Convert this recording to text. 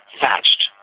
thatched